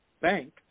bank